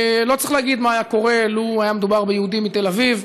לא צריך להגיד מה היה קורה לו היה מדובר ביהודי מתל אביב.